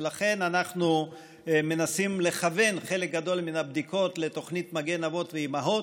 לכן אנחנו מנסים לכוון חלק גדול מהבדיקות לתוכנית "מגן אבות ואימהות".